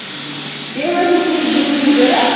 بیٚیہِ ما چھُ کیٚنٛہہ زیُن ویُن ضروٗرت